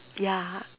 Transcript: ya